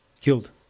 killed